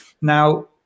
Now